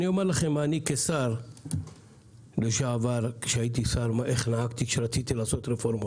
אני אומר לכם איך אני כשר לשעבר נהגתי כשרציתי לעשות רפורמה.